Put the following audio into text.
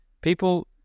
people